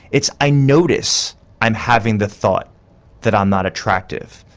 it's i notice i'm having the thought that i'm not attractive.